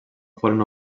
foren